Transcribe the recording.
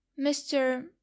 mr